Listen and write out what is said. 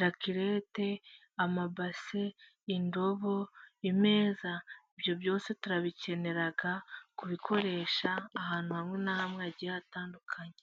Rakelete, amabase, indobo, ibyo byose turabikenera kubikoresha ahantu hamwe na hamwe hagiye hatandukanye.